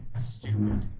stupid